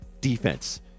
defense